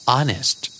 Honest